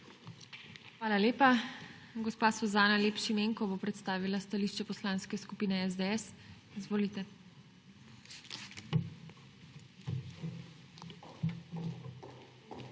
Hvala lepa. Gospa Suzana Lep Šimenko bo predstavila stališče Poslanske skupine SDS. Izvolite. SUZANA